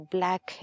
Black